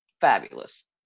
fabulous